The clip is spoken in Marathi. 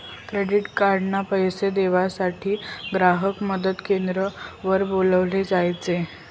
क्रेडीट कार्ड ना पैसा देवासाठे ग्राहक मदत क्रेंद्र वर बोलाले जोयजे